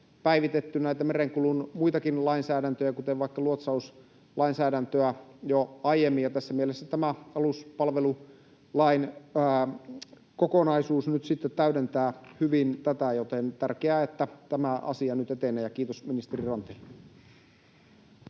päivitetty merenkulun muutakin lainsäädäntöä, kuten vaikka luotsauslainsäädäntöä, jo aiemmin. Tässä mielessä tämä aluspalvelulain kokonaisuus nyt sitten täydentää hyvin tätä, joten on tärkeää, että tämä asia nyt etenee. Kiitos ministeri Ranteelle.